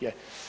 Je.